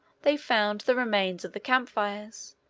they found the remains of the camp-fires,